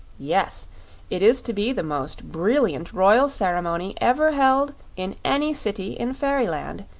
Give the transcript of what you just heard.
yes it is to be the most brilliant royal ceremony ever held in any city in fairyland,